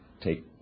take